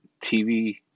TV